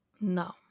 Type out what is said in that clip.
No